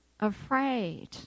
afraid